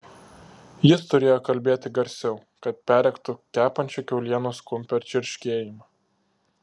jis turėjo kalbėti garsiau kad perrėktų kepančio kiaulienos kumpio čirškėjimą